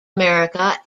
america